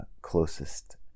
closest